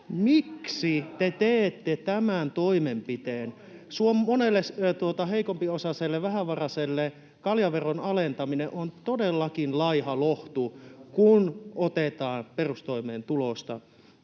Miksi te teette tämän toimenpiteen monelle heikompiosaiselle, vähävaraiselle? Kaljaveron alentaminen on todellakin laiha lohtu, kun otetaan perustoimeentulosta.